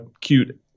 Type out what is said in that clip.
cute